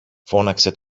φώναξε